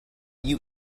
you